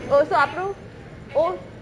oh so அப்ரோ:apro